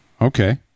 Okay